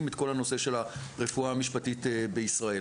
את כל הנושא של הרפואה המשפטית בישראל.